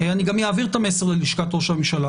אני גם אעביר את המסר ללשכת ראש הממשלה,